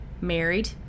married